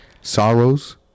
Sorrows